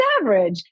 average